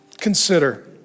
consider